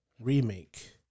remake